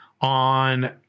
on